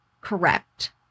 correct